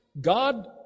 God